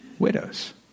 widows